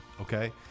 okay